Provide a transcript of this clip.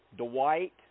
Dwight